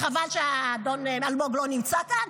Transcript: וחבל שאדון אלמוג לא נמצא כאן,